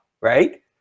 right